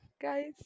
guys